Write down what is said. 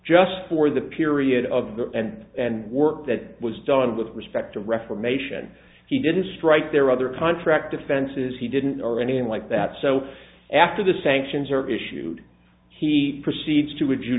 just for the period of the end and work that was done with respect to reformation he didn't strike there were other contract offenses he didn't or anything like that so after the sanctions are issued he proceeds to a